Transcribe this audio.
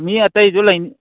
ꯃꯤ ꯑꯩꯇꯩꯁꯨ ꯂꯩꯅꯤ